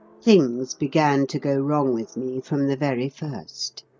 things began to go wrong with me from the very first.